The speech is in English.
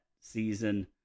season